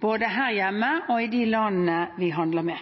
både her hjemme og i de